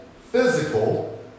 physical